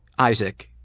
isaac,